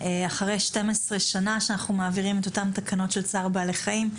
אחרי 12 שנים אנחנו מעבירים את אותן תקנות של צער בעלי חיים.